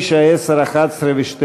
סעיפים 9, 10, 11 ו-12